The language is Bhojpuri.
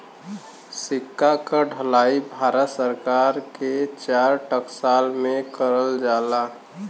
सिक्का क ढलाई भारत सरकार के चार टकसाल में करल जाला